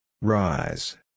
Rise